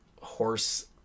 horse